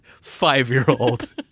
five-year-old